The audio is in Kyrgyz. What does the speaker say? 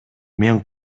мен